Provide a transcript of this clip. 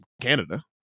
canada